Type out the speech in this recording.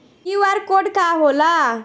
QR code का होला?